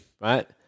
right